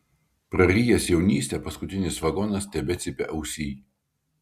prarijęs jaunystę paskutinis vagonas tebecypia ausyj